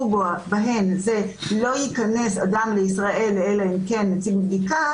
שם הוא שלא ייכנס אדם לישראל אלא אם כן הציג בדיקה